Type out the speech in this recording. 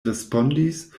respondis